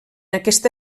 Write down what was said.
aquesta